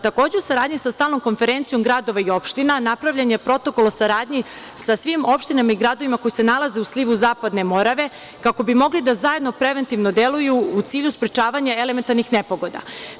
Takođe, u saradnji sa Stalnom konferencijom gradova i opština napravljen je Protokol o saradnji sa svim opštinama i gradovima koji se nalaze u slivu Zapadne Morave, kako bi mogli zajedno preventivno da deluju u cilju sprečavanja elementarnih nepogoda.